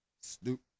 Snoop